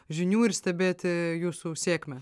žinių ir stebėti jūsų sėkmę